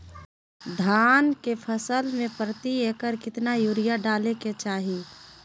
धान के फसल में प्रति एकड़ कितना यूरिया डाले के चाहि?